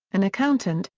an accountant,